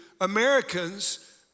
Americans